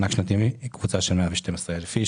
מדובר על 112,000 איש,